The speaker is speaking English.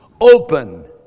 open